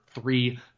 three